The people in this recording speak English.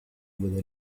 with